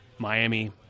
Miami